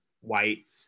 white